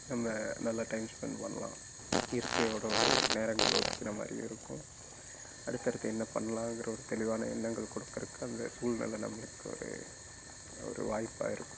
நம்ம நல்ல time spent பண்ணலாம் இயற்கையோடு ஒரு நேரங்கள் இருக்கிற மாதிரியும் இருக்கும் அடுத்தடுத்து என்ன பண்ணலாங்குற ஒரு தெளிவான எண்ணங்கள் கொடுக்குறக்கு அந்த சூழ்நில நம்மளுக்கு ஒரு ஒரு வாய்ப்பாக இருக்கும்